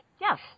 Yes